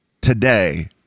today